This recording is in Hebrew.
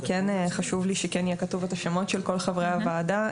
חשוב לי שכן יהיו כתובים השמות של כל חברי הוועדה,